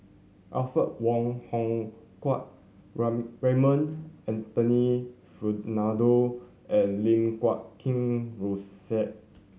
Alfred Wong Hong Kwok Raymond Anthony Fernando and Lim Guat Kheng Rosie